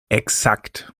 exakt